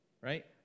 Right